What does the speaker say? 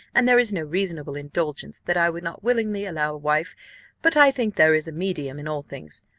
and there is no reasonable indulgence that i would not willingly allow a wife but i think there is a medium in all things.